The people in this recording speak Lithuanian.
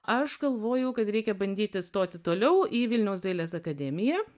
aš galvojau kad reikia bandyti stoti toliau į vilniaus dailės akademiją